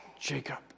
Jacob